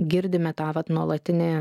girdime tą vat nuolatinį